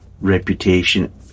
reputation